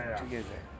together